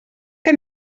que